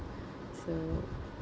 so